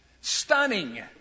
Stunning